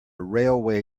railway